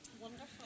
Wonderful